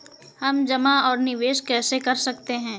हम जमा और निवेश कैसे कर सकते हैं?